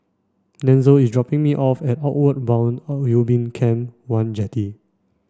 Denzel is dropping me off at Outward Bound Ubin Camp one Jetty